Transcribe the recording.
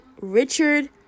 Richard